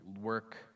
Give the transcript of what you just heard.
work